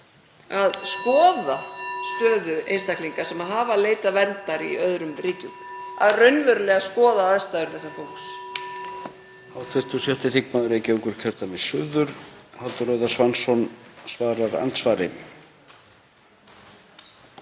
að skoða stöðu einstaklinga sem hafa leitað verndar í öðrum ríkjum, að skoða raunverulega aðstæður þessa fólks?